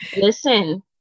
Listen